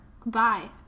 Goodbye